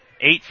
Eight